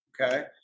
okay